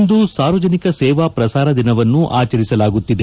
ಇಂದು ಸಾರ್ವಜನಿಕ ಸೇವಾ ಪ್ರಸಾರ ದಿನವನ್ನು ಆಚರಿಸಲಾಗುತ್ತಿದೆ